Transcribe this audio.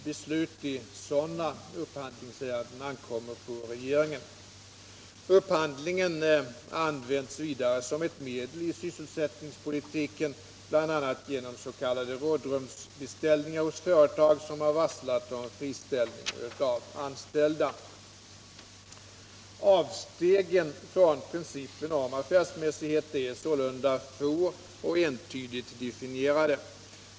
Beslut i sådana upphandlingsärenden ankommer på regeringen. Upphandlingen används vidare som ett medel i sysselsättningspolitiken, bl.a. genom s.k. rådrumsbeställningar hos företag som har varslat om friställning av anställda. Avstegen från principen om affärsmässighet är sålunda få och entydigt definierade.